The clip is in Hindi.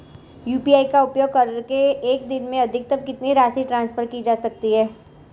यू.पी.आई का उपयोग करके एक दिन में अधिकतम कितनी राशि ट्रांसफर की जा सकती है?